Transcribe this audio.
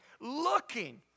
looking